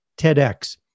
TEDx